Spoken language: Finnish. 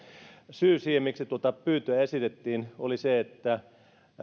syy siihen miksi tuota pyyntöä esitettiin oli se että